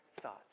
thoughts